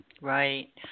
Right